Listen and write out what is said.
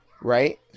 Right